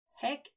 Heck